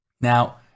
Now